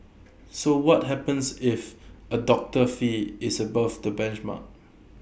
so what happens if A doctor's fee is above the benchmark